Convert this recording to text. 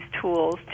tools